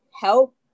help